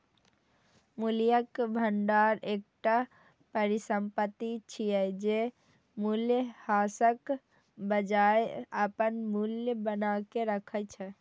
मूल्यक भंडार एकटा परिसंपत्ति छियै, जे मूल्यह्रासक बजाय अपन मूल्य बनाके राखै छै